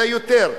ויש יותר.